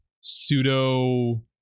pseudo